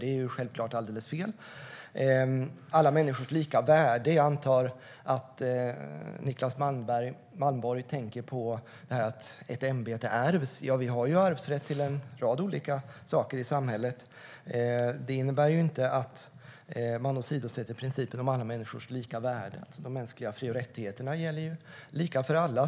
Det är självklart alldeles fel.I fråga om alla människors lika värde: Jag antar att Niclas Malmberg tänker på att ett ämbete ärvs. Ja, vi har ju arvsrätt till en rad olika saker i samhället. Men det innebär inte att man åsidosätter principen om alla människors lika värde. De mänskliga fri och rättigheterna gäller ju lika för alla.